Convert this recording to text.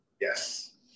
Yes